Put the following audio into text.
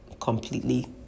completely